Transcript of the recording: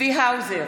צבי האוזר,